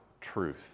truth